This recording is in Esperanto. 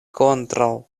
kontraŭ